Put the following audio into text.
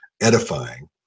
edifying